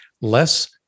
less